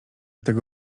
tego